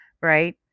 right